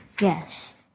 Yes